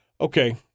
Okay